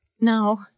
now